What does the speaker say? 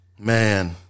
Man